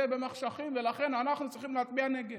במחשכים ולכן אנחנו צריכים להצביע נגד.